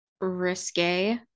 risque